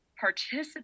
participate